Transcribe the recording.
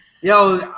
Yo